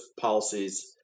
policies